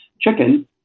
chicken